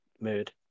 Mood